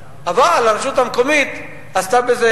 אבל הרשות המקומית שיפרה בזה